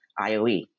IOE